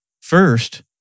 First